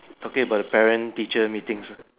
talking about the parents teacher meetings